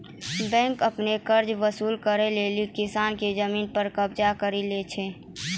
bank आपनो कर्जा वसुल करै लेली किसान के जमिन पर कबजा करि लै छै